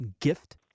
gift